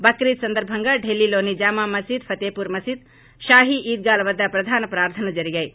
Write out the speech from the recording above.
బక్రీద్ సందర్భంగా ఢిల్లీలోని జామా మసీదు ఫతేపురి మసీదు షాహి ఈద్దాల వద్ద ప్రధాన ప్రార్గనలు జరిగాయి